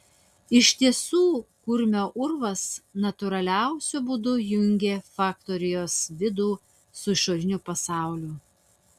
iš tiesų kurmio urvas natūraliausiu būdu jungė faktorijos vidų su išoriniu pasauliu